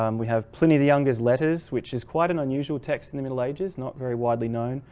um we have pliny the younger's letters, which is quite an unusual text in the middle ages not very widely known.